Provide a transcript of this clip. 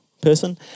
person